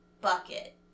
bucket